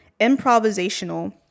improvisational